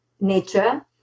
nature